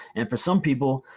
and for some people,